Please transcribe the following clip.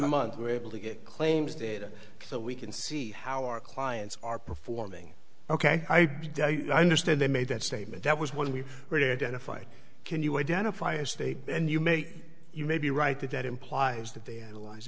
month we're able to get claims data so we can see how our clients are performing ok i understand they made that statement that was one we've already identified can you identify a state and you may you may be right that that implies that the